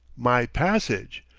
my passage!